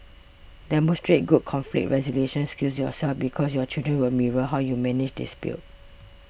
demonstrate good conflict resolution skills yourself because your children will mirror how you manage dispute